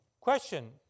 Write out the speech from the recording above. Question